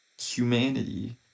humanity